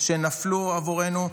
שנפלו עבורנו,